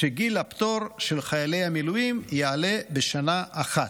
שגיל הפטור של חיילי המילואים יעלה בשנה אחת: